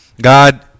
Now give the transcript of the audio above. God